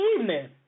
evening